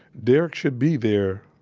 derrick should be there,